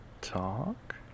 talk